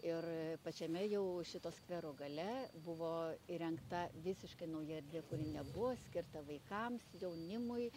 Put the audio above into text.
ir pačiame jau šito skvero gale buvo įrengta visiškai nauja erdvė kuri nebuvo skirta vaikams jaunimui